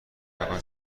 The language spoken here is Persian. مکان